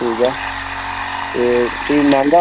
ठीक ऐ ते मैंहगा